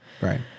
Right